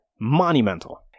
monumental